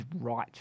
right